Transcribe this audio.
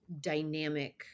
dynamic